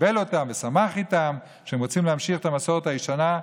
קיבל אותם ושמח איתם שהם רוצים להמשיך את המסורת הישנה,